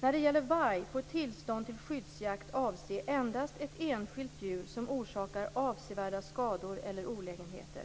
När det gäller varg får tillstånd till skyddsjakt avse endast ett enskilt djur som orsakar avsevärda skador eller olägenheter.